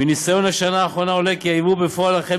מניסיון השנה אחרונה עולה כי היבוא בפועל אכן